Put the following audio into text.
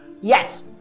Yes